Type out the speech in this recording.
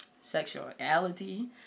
sexuality